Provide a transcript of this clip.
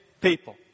people